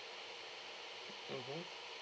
mmhmm